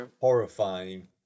horrifying